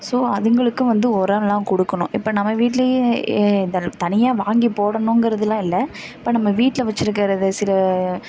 so அதுங்களுக்கு வந்து ஒரம்லாம் கொடுக்கணும் இப்போ நம்ம வீட்லேயே ஏ தன் தனியாக வாங்கி போடணுங்கிறதுலாம் இல்லை இப்போ நம்ம வீட்டில் வச்சிருக்குறது சில